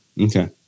okay